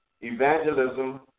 evangelism